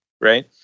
Right